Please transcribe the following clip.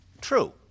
True